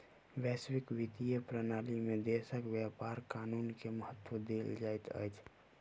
वैश्विक वित्तीय प्रणाली में देशक व्यापार कानून के महत्त्व देल जाइत अछि